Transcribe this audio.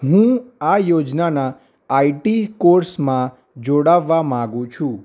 હું આ યોજનાના આઇટી કોર્ષમાં જોડાવવા માગું છું